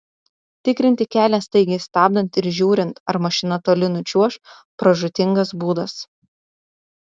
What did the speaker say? tikrinti kelią staigiai stabdant ir žiūrint ar mašina toli nučiuoš pražūtingas būdas